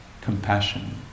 compassion